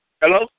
Hello